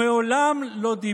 מעולם לא,